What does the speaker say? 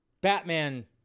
Batman